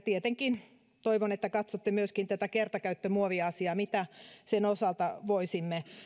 tietenkin toivon että katsotte myöskin tätä kertakäyttömuoviasiaa mitä sen osalta voisimme